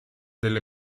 delle